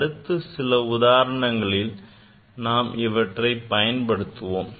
அடுத்து நாம் சில உதாரணங்களில் இவற்றை பயன்படுத்துவோம்